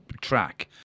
track